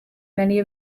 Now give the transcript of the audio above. many